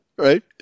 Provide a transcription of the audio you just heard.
Right